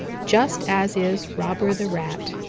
just as is robber the rat.